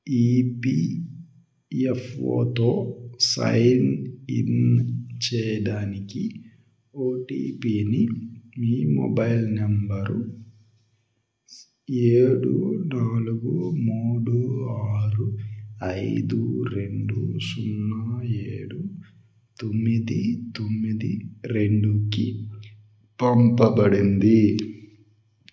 ఏబిఎఫ్ఓతో sign in చేయడానికి ఓటీపీని మీ మొబైల్ నెంబరు ఏడు నాలుగు మూడు ఆరు ఐదు రెండు సున్నా ఏడు తొమ్మిది తొమ్మిది రెండుకి పంపబడింది